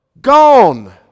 gone